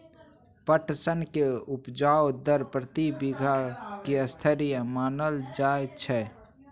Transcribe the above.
पटसन के उपज दर प्रति बीघा की स्तरीय मानल जायत छै?